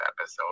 episode